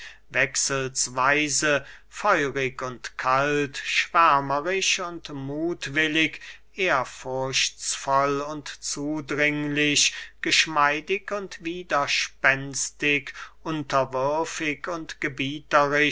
wechselsweise feurig und kalt schwärmerisch und muthwillig ehrfurchtsvoll und zudringlich geschmeidig und widerspenstig unterwürfig und